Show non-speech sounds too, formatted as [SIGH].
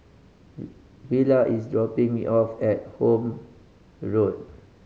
[NOISE] Willa is dropping me off at Horne Road